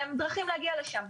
הן דרכים להגיע לשם.